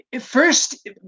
first